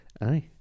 aye